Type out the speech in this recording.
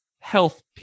health